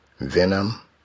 Venom